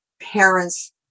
parents